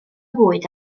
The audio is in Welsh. fwyd